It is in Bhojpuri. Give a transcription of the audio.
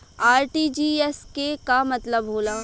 आर.टी.जी.एस के का मतलब होला?